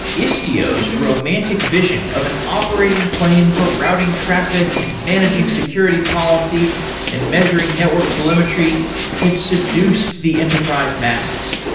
istio's romantic vision of an operating plane for routing traffic and managing security policy and measuring network telemetry had seduced the enterprise masses.